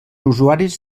usuaris